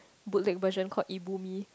boot lick version call Ibu-mee